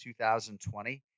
2020